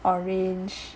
orange